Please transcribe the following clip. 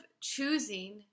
choosing